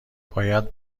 باید